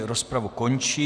Rozpravu končím.